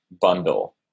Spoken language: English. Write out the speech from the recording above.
bundle